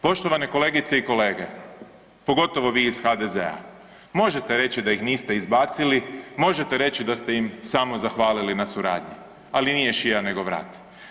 Poštovane kolegice i kolege, pogotovo vi iz HDZ-a, možete reći da ih niste izbacili, možete reći da ste im samo zahvalili na suradnji, ali nije šija nego vrat.